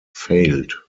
failed